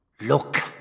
Look